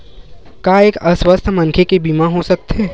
का एक अस्वस्थ मनखे के बीमा हो सकथे?